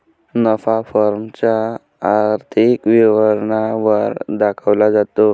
नफा फर्म च्या आर्थिक विवरणा वर दाखवला जातो